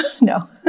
No